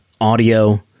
audio